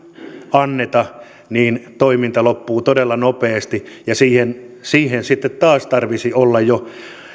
anneta niin toiminta loppuu todella nopeasti ja siihen siihen sitten taas tarvitsisi olla jo